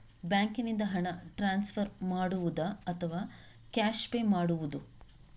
ಬ್ಯಾಂಕಿನಿಂದ ಹಣ ಟ್ರಾನ್ಸ್ಫರ್ ಮಾಡುವುದ ಅಥವಾ ಕ್ಯಾಶ್ ಪೇ ಮಾಡುವುದು?